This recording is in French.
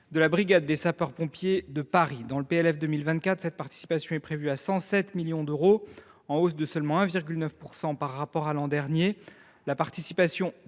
de la brigade des sapeurs pompiers de Paris (BSPP). Dans le PLF 2024, la participation prévue s’élève à 107 millions d’euros, en hausse de seulement 1,9 % par rapport à l’an dernier. La participation